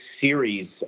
series